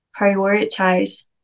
prioritize